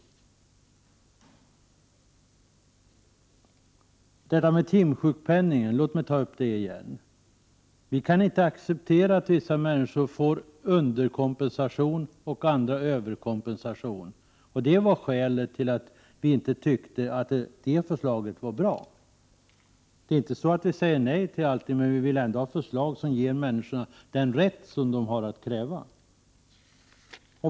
Låt mig ta upp detta med timsjukpenningen igen. Vi kan inte acceptera att vissa människor får underkompensation och andra överkompensation, och det var skälet till att vi inte tyckte att förslaget var bra. Vi säger inte nej till allting, men vi vill ha förslag som ger människorna den rätt som de har att kräva.